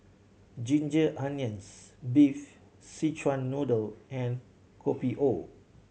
ginger onions beef Szechuan Noodle and Kopi O